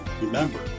Remember